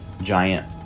giant